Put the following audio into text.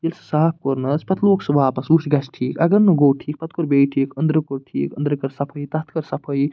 ییٚلہِ سُہ صاف کوٚر نَہ حظ پَتہٕ لوگ سُہ واپَس وُچھ گژھہِ ٹھیٖک اَگر نہٕ گوٚو ٹھیٖک پَتہٕ کوٚر بیٚیہِ ٹھیٖک أندرٕ کوٚر ٹھیٖک أنٛدرٕ کٔر صفٲیی تَتھ تہِ کٔر صفٲیی